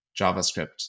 JavaScript